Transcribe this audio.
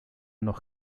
noch